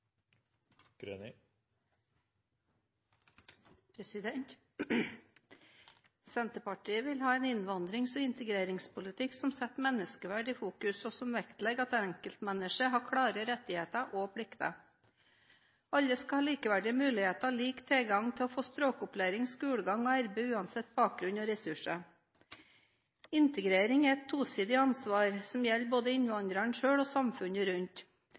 omme. Senterpartiet vil ha en innvandrings- og integreringspolitikk som setter menneskeverd i fokus, og som vektlegger at enkeltmennesket har klare rettigheter og plikter. Alle skal ha likeverdige muligheter og lik tilgang til å få språkopplæring, skolegang og arbeid uansett bakgrunn og ressurser. Integrering er et tosidig ansvar som gjelder både innvandreren selv og samfunnet rundt,